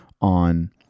on